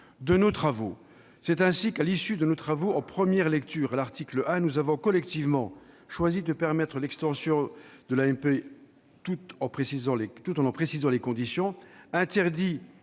de nos travaux. C'est ainsi qu'à l'issue de nos travaux en première lecture, à l'article 1, nous avons collectivement choisi de permettre l'extension de l'AMP tout en en précisant les conditions et interdit